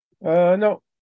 No